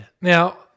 Now